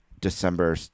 December